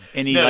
any, yeah